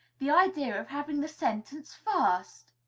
the idea of having the sentence first!